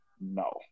No